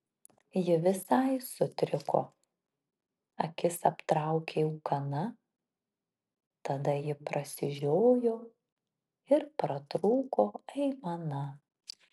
ji visai sutriko akis aptraukė ūkana tada ji prasižiojo ir pratrūko aimana